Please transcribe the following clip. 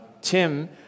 Tim